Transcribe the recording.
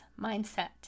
mindset